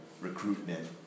recruitment